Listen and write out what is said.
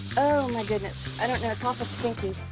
oh, my goodness. i don't know. it's awful sticky.